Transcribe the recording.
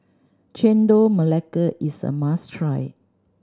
Chendol Melaka is a must try